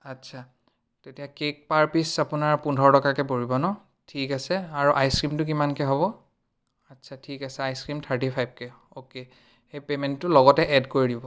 আচ্ছা তেতিয়া কেক পাৰ পিচ আপোনাৰ পোন্ধৰ টকাকৈ পৰিব ন ঠিক আছে আৰু আইচক্ৰিমটো কিমানকৈ হ'ব আচ্ছা ঠিক আছে আইচক্ৰিম থাৰ্টি ফাইভকৈ অ'কে সেই পেমেণ্টটো লগতে এড কৰি দিব